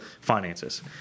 finances